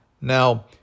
Now